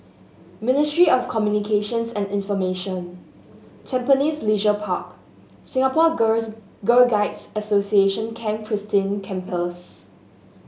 ministry of Communications and Information Tampines Leisure Park Singapore Girls Girl Guides Association Camp Christine Campers